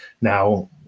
now